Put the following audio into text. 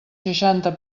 seixanta